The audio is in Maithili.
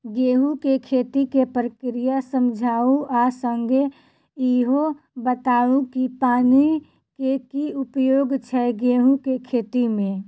गेंहूँ केँ खेती केँ प्रक्रिया समझाउ आ संगे ईहो बताउ की पानि केँ की उपयोग छै गेंहूँ केँ खेती में?